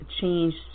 changed